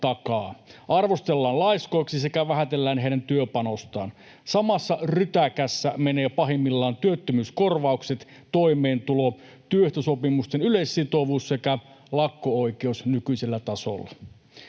takaa, arvostellaan laiskoiksi sekä vähätellään heidän työpanostaan. Samassa rytäkässä menevät pahimmillaan työttömyyskorvaukset, toimeentulo, työehtosopimusten yleissitovuus sekä lakko-oikeus nykyisellä tasolla.